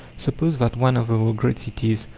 suppose that one of our great cities,